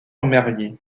remarié